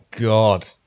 god